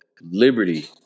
Liberty